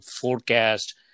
forecast